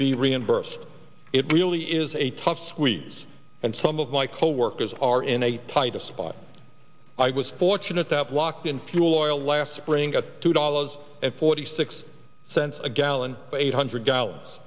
be reimbursed it really is a tough suites and some of my coworkers are in a tight spot i was fortunate to have locked in fuel oil last spring at two dollars and forty six cents a gallon eight hundred gallons